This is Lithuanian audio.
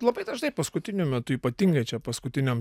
labai dažnai paskutiniu metu ypatingai čia paskutinėm